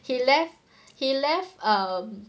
he left he left um